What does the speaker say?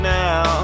now